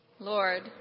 Lord